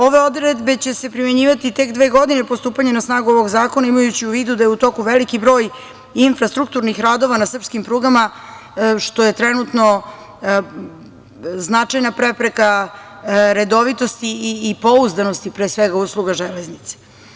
Ove odredbe će se primenjivati tek dve godine po stupanju na snagu ovog zakona, imajući u vidu da je u toku veliki broj infrastrukturnih radova na srpskim prugama, što je trenutno značajna prepreka redovitosti i pouzdanosti, pre svega, usluga železnice.